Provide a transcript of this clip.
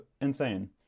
insane